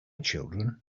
children